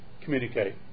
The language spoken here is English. communicate